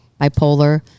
bipolar